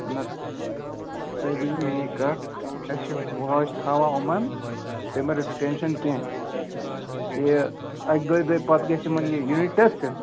نا تُہۍ بوٗزِو میٛٲنۍ کَتھ أسۍ چھِ واچ تھاوان یِمَن تُہۍ ما رٔٹِو ٹٮ۪نشَن کیٚنٛہہ یہِ اَکہِ دۄیہِ دوہہِ پَتہٕ گَژھِ یِمَن یہِ یوٗنِٹ ٹٮ۪سٹ